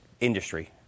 industry